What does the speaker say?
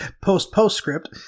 Post-postscript